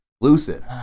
exclusive